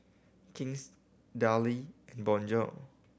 King's Darlie and Bonjour